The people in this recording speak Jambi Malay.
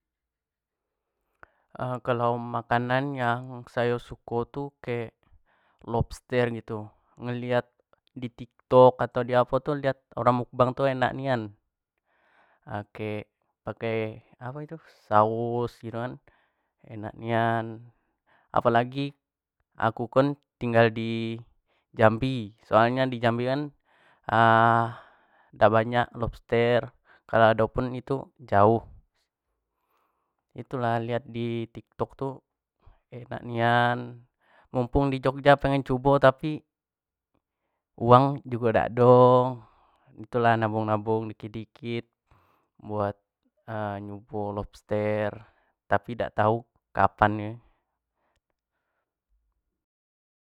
kalau makanan yang ayo suko tu kek lobster gitu, ngeliat di tiktok atau di apo tu lihat oaring mukbang tu enak nian, kek pake-pake apo itu saos gitu kan enak nian apo lagi aku kan tinggal di jambi soal nyo di jmabi kan dak bnayak lobster ado pun itu jauh itulah lihat i tiktok tu enak nian, mumpung di jogja pengen cubo tapi uang jugo dak ado itulah nabung-nabung dikit-dikit buat nyubo lobster tapi dak tau kapan ni